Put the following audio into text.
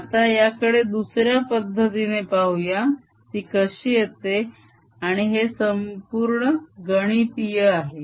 आता याकडे दुसऱ्या पद्धतीने पाहूया ती कशी येते आणि हे संपूर्ण गणितीय आहे